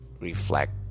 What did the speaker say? reflect